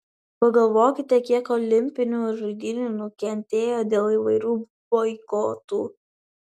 pagalvokite kiek olimpinių žaidynių nukentėjo dėl įvairių boikotų